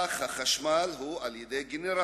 אך החשמל מסופק על-ידי גנרטור.